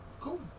Cool